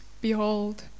Behold